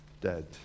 dead